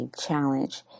challenge